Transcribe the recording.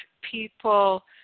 people